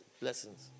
blessings